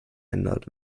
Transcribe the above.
ändert